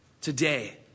Today